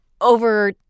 over